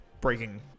breaking